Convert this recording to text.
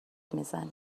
میزنی